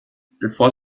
bevor